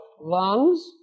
lungs